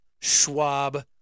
Schwab